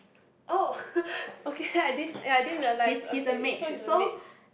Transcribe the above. oh okay I didn't ya I didn't realise okay so it's a mage